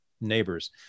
neighbors